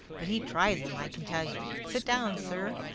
but he tries em i can tell you. sit down, sir.